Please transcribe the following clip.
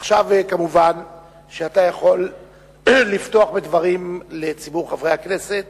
אתה יכול לפתוח בדברים לציבור חברי הכנסת